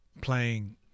playing